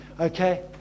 Okay